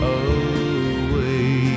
away